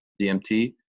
DMT